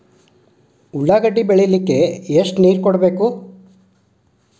ಉಳ್ಳಾಗಡ್ಡಿ ಬೆಳಿಲಿಕ್ಕೆ ಎಷ್ಟು ನೇರ ಕೊಡಬೇಕು?